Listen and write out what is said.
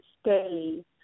stay